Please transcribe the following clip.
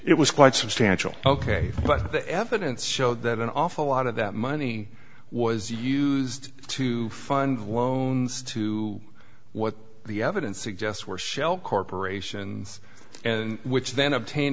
it was quite substantial ok but the evidence showed that an awful lot of that money was used to fund loans to what the evidence suggests were shell corporations and which then obtain